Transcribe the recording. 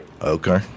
Okay